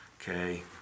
okay